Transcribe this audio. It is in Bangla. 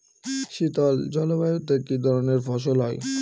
শীতল জলবায়ুতে কি ধরনের ফসল হয়?